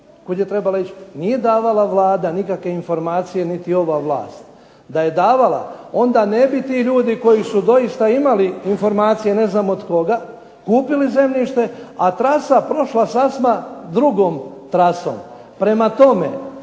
kud je trebala ići, nije davala Vlada nikakve informacije niti ova vlast. Da je davala onda ne bi ti ljudi koji su doista imali informacije ne znam od koga kupili zemljište, a trasa prošla sasma drugom trasom. Prema tome,